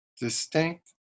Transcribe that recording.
distinct